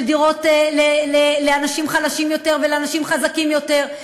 של דירות לאנשים חלשים יותר ולאנשים חזקים יותר,